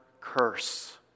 curse